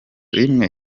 rimwe